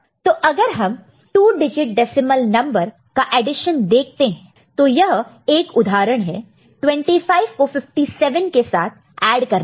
तो अगर हम 2 डिजिट डेसिमल नंबर का एडिशन देखते हैं तो यह एक उदाहरण है 25 को 57 के साथ ऐड करना है